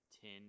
ten